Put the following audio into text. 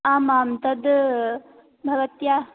आम् आम् तद् भवत्या